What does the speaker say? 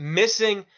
missing